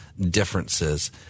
differences